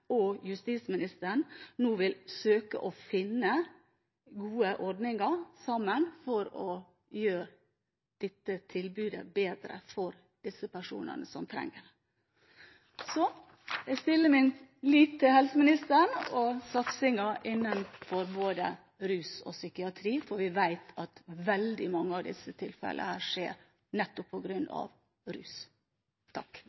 og justisministeren nå vil søke å finne gode ordninger sammen for å gjøre dette tilbudet bedre for disse personene som trenger det. Jeg setter min lit til helseministeren og satsingen innenfor både rus og psykiatri, for vi vet at mange av disse tilfellene skjer nettopp på grunn